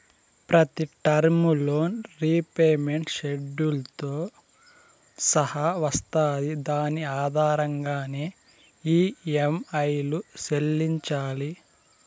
ప్రతి term loan repayment షెడ్యూల్తో సహా వస్తాది దాని ఆధారంగానే ఈ.యం.ఐలు చెల్లించాలి